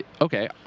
okay